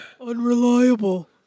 Unreliable